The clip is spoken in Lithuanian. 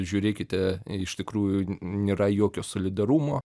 žiūrėkite iš tikrųjų nėra jokio solidarumo